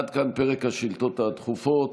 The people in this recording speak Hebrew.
עד כאן פרק השאילתות הדחופות.